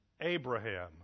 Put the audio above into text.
Abraham